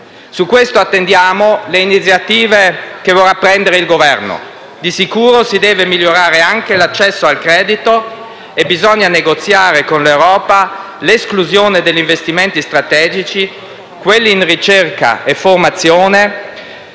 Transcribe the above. Su questo attendiamo le iniziative che vorrà prendere il Governo. Di sicuro si deve migliorare anche l'accesso al credito, e bisogna negoziare con l'Europa l'esclusione degli investimenti strategici - quelli in ricerca e formazione,